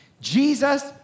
Jesus